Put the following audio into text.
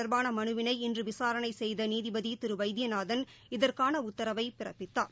தொட்பானமனுவினை இன்றுவிசாரணைசெய்தநீதிபதிதிருவைத்தியநாதன் இது இதற்கானஉத்தரவைபிறப்பித்தார்